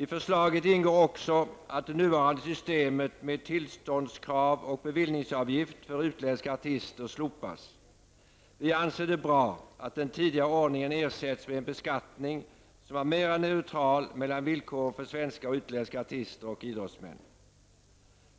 I förslaget ingår också att det nuvarande systemet med tillståndskrav och bevillningsavgift för utländska artister slopas. Vi anser det bra att den tidigare ordningen ersätts med en beskattning som är mera neutral mellan villkoren för svenska och utländska artister och idrottsmän.